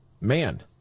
man